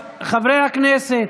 חברי הכנסת.